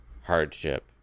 hardship